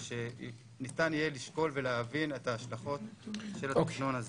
שניתן יהיה לשקול ולהבין את ההשלכות של התכנון הזה.